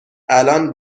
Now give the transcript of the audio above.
الان